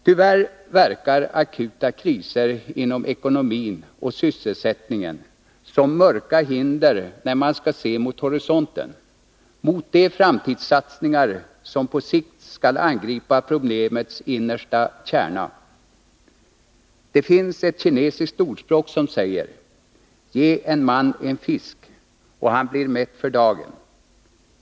Tyvärr verkar akuta kriser inom ekonomin och sysselsättningen som mörka hinder när man skall se mot horisonten, mot de framtidssatsningar som på sikt skall angripa problemets innersta kärna. Det finns ett kinesiskt ordspråk som säger: — och han blir mätt för dagen.